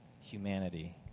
humanity